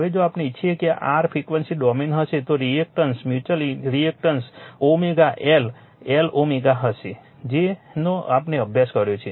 હવે જો આપણે ઇચ્છીએ કે આ r ફ્રિક્વન્સી ડોમેન હશે તો reactance mutual reactance L L હશે જેનો આપણે અભ્યાસ કર્યો છે